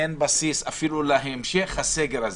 אין בסיס אפילו להמשך הסגר הזה,